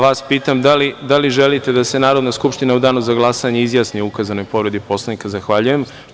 Vas pitam da li želite da se Narodna skupština u danu za glasanje izjasni o ukazanoj povredi Poslovnika? (Aleksandar Martinović: Ne.) Zahvaljujem.